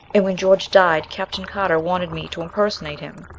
and when george died, captain carter wanted me to impersonate him.